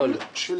בנושאים